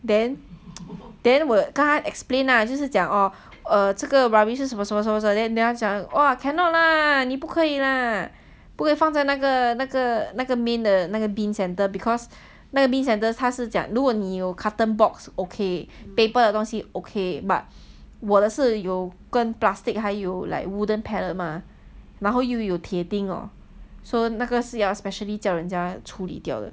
then then 我跟他 explain lah 就是讲 orh 这个 rubbish 是什么什么 then 他就讲 !wah! cannot lah 你不可以 lah 不可以放在那个那个那个 main 的那个 bin centre because 那个 bin centre 他是讲如果你有 carton box okay paper 的东西 okay but 我的是有跟 plastic 还有 like wooden pallet mah 然后又有铁钉那个是要叫人 specially 叫人家处理掉的